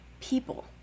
people